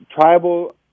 tribal